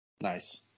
Nice